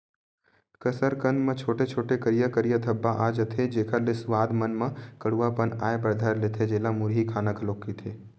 कसरकंद म छोटे छोटे, करिया करिया धब्बा आ जथे, जेखर ले सुवाद मन म कडुआ पन आय बर धर लेथे, जेला मुरही खाना घलोक कहिथे